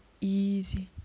easy